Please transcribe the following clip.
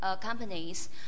companies